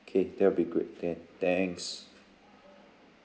okay that'll be good then thanks